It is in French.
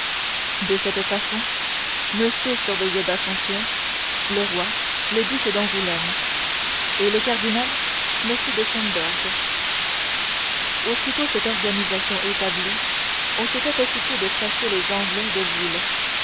de cette façon monsieur surveillait bassompierre le roi le duc d'angoulême et le cardinal m de schomberg aussitôt cette organisation établie on s'était occupé de chasser les anglais de l'île la